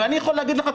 אני יכול להגיד לך,